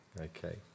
Okay